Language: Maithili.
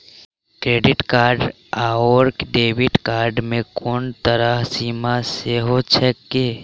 क्रेडिट कार्ड आओर डेबिट कार्ड मे कोनो तरहक सीमा सेहो छैक की?